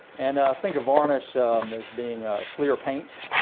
and think of varnish um as being a clear paint.